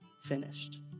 finished